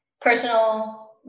personal